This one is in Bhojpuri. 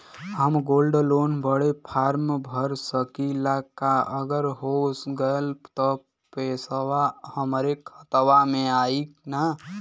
हम गोल्ड लोन बड़े फार्म भर सकी ला का अगर हो गैल त पेसवा हमरे खतवा में आई ना?